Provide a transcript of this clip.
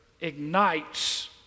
ignites